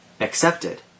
accepted